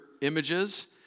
Images